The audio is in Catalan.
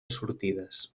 sortides